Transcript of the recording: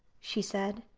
she said.